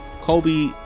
Kobe